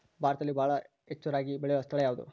ಭಾರತದಲ್ಲಿ ಬಹಳ ಹೆಚ್ಚು ರಾಗಿ ಬೆಳೆಯೋ ಸ್ಥಳ ಯಾವುದು?